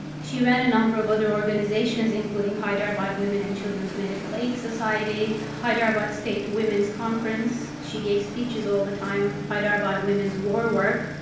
she ran a number of other organizations including hyderabad women and children's medical aid society, hyderabad state women's conference. she gave speeches all the time. hyderabad women's war work.